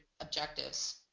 objectives